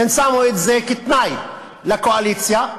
הן שמו את זה כתנאי לכניסה לקואליציה,